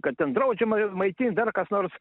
kad ten draudžiama juos maitint dar kas nors